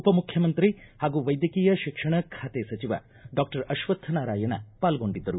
ಉಪ ಮುಖ್ಯಮಂತ್ರಿ ಹಾಗೂ ವೈದ್ಯಕೀಯ ಶಿಕ್ಷಣ ಬಾತೆ ಸಚಿವ ಡಾಕ್ಟರ್ ಅಕ್ವಕ್ಕ ನಾರಾಯಣ ಪಾರ್ಗೊಂಡಿದ್ದರು